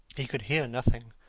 he could hear nothing,